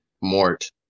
Mort